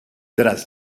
tras